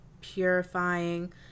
purifying